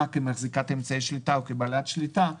כמחזיקת אמצעי שליטה או כבעלת שליטה,